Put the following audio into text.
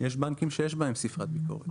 יש בנקים שיש בהם ספרת ביקורת.